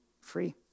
free